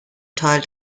teil